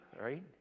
right